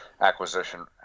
acquisition